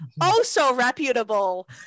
oh-so-reputable